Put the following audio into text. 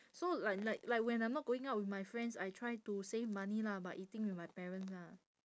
so like like like when I'm not going out with my friends I try to save money lah by eating with my parents lah